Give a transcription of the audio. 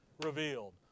revealed